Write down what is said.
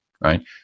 right